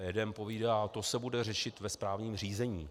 Jeden povídá: To se bude řešit ve správním řízení.